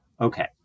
Okay